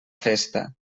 festa